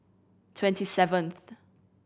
twenty seventh